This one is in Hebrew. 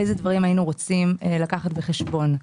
איזה דברים היינו רוצים לקחת בחשבון.